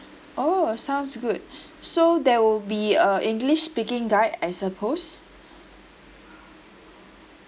oh sounds good so there will be a english speaking guide I suppose